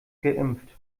geimpft